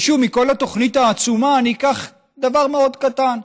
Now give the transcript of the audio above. ושוב, מכל התוכנית העצומה אני אקח דבר מאוד קטן,